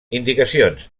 indicacions